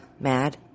mad